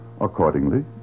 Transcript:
Accordingly